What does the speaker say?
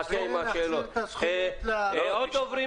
עוד דוברים